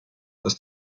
dass